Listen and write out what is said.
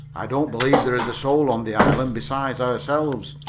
i don't believe there is a soul on the island besides ourselves,